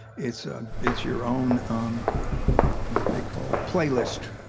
it's ah it's your own um what do they call it? playlist.